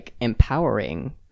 empowering